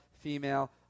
female